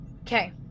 Okay